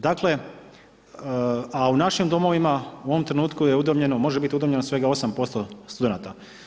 Dakle, a u našim domovima u ovom trenutku je udomljeno, može biti udomljeno svega 8% studenata.